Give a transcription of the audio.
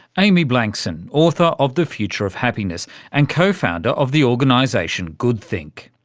amy blankson, author of the future of happiness and co-founder of the organisation goodthink.